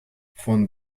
фон